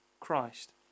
Christ